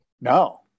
No